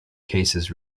cases